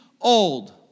old